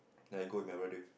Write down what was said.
then I go with my brother